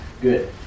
good